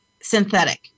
synthetic